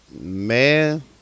Man